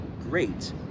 great